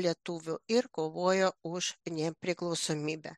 lietuvių ir kovojo už nepriklausomybę